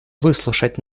выслушать